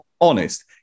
honest